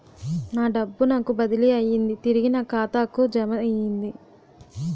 నా డబ్బు నాకు బదిలీ అయ్యింది తిరిగి నా ఖాతాకు జమయ్యింది